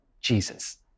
Jesus